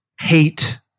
hate